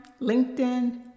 LinkedIn